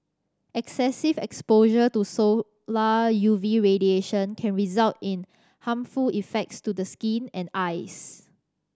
excessive exposure to solar U V radiation can result in harmful effects to the skin and eyes